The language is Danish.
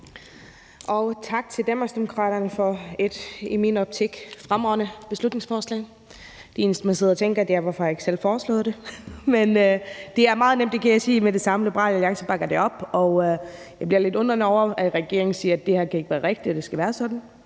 til Danmarksdemokraterne for et i min optik fremragende beslutningsforslag. Det eneste, jeg sidder og tænker, er: Hvorfor har jeg ikke selv foreslået det? Men det er meget nemt. Jeg kan sige med det samme, at Liberal Alliance bakker det op. Jeg undrer mig lidt. Regeringen siger, at det ikke kan være rigtigt, at det skal være sådan